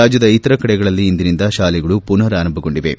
ರಾಜ್ಞದ ಇತರ ಕಡೆಗಳಲ್ಲಿ ಇಂದಿನಿಂದ ಶಾಲೆಗಳು ಪುನರ್ ಆರಂಭಗೊಂಡಿವೆ